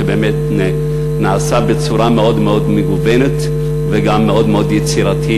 שבאמת נעשו בצורה מאוד מגוונת וגם מאוד יצירתית,